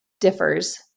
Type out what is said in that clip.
differs